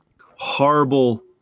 horrible